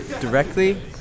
directly